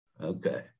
Okay